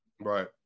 Right